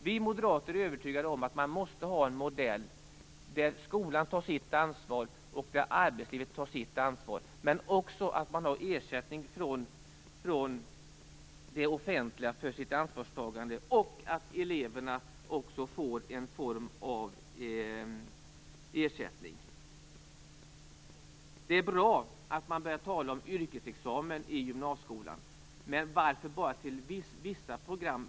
Vi moderater är övertygade om att man måste ha en modern lärlingsutbildning, där skolan tar sitt ansvar och där arbetslivet tar sitt ansvar, men där det utgår ersättning från det offentliga för detta ansvarstagande och eleverna får någon form av ersättning. Det är bra att man börjar tala om yrkesexamen i gymnasieskolan, men varför skall det gälla bara vissa program?